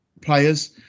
players